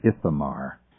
Ithamar